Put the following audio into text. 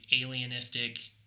alienistic